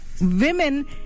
women